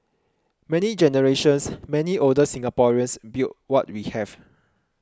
many generations many older Singaporeans built what we have